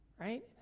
right